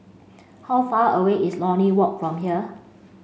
how far away is Lornie Walk from here